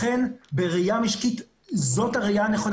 לכן זאת הראייה הנכונה.